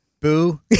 Boo